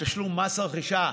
את תשלום מס הרכישה,